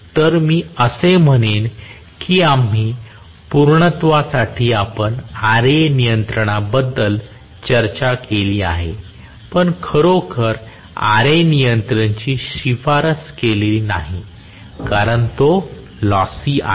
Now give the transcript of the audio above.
तर मी असे म्हणेन की आम्ही पूर्णत्वासाठी आपण Ra नियंत्रणाबद्दल चर्चा केली आहे पण खरोखर Ra नियंत्रण ची शिफारस केलेली नाही कारण तो लॉसी आहे